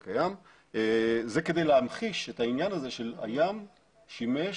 זה כדי להמחיש את העניין הזה שהים שימש